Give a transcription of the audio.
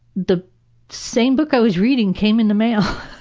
the same book i was reading came in the mail.